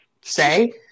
say